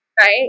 Right